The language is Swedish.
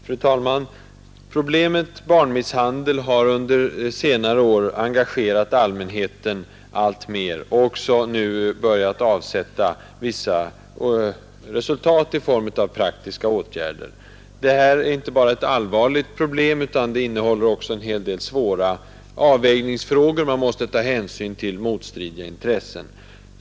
Fru talman! Problemet barnmisshandel har under senare år engagerat allmänheten alltmer och debatten har nu också börjat avsätta vissa resultat i form av praktiska åtgärder. Det är inte bara ett allvarligt område utan det innehåller också en hel del svåra avvägningsfrågor. Man måste ta hänsyn till motstridiga intressen.